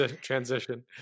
transition